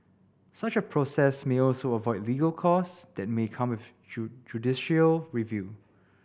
such a process may also avoid legal costs that may come with judicial review